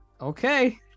Okay